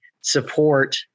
support